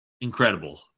incredible